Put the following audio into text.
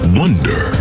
wonder